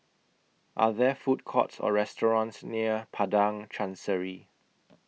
Are There Food Courts Or restaurants near Padang Chancery